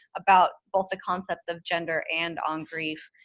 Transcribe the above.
about both the concepts of gender and on grief,